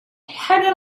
had